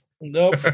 Nope